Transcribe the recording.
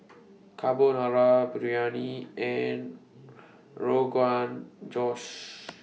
Carbonara Biryani and Rogan Josh